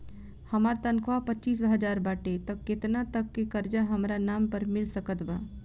हमार तनख़ाह पच्चिस हज़ार बाटे त केतना तक के कर्जा हमरा नाम पर मिल सकत बा?